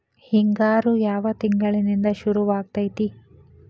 ಹಿಂಗಾರು ಯಾವ ತಿಂಗಳಿನಿಂದ ಶುರುವಾಗತೈತಿ?